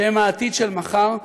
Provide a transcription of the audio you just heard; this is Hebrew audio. שהם העתיד של מחר,